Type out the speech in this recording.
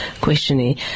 questioning